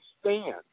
stand